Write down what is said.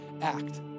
act